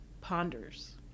ponders